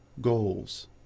goals